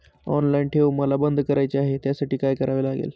Online ठेव मला बंद करायची आहे, त्यासाठी काय करावे लागेल?